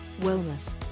wellness